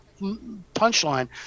punchline